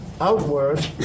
outward